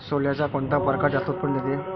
सोल्याचा कोनता परकार जास्त उत्पन्न देते?